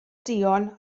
duon